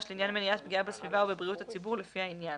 לעניין מניעת פגיעה בסביבה או בבריאות הציבור לפי העניין.